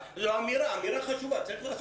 זו אמירה חשובה, צריך לעשות את זה.